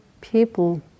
people